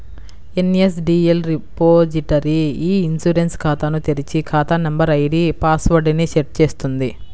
NSDL repository e insurance ఖాతాను తెరిచి, ఖాతా నంబర్, ఐడీ పాస్ వర్డ్ ని సెట్ చేస్తుంది